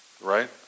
Right